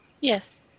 Yes